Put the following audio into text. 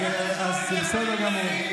אז זה בסדר גמור.